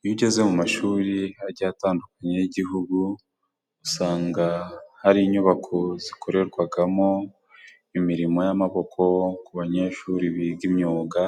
Iyo ugeze mu mashuri agiye atandukanye y'igihugu, usanga hari inyubako zikorerwamo imirimo y'amaboko ku banyeshuri biga imyuga